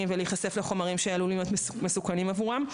ולהיחשף פחות לחומרים שעלולים להיות מסוכנים עבורם.